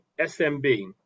SMB